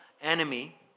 enemy